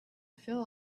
feel